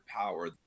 power